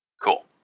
Cool